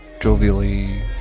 jovially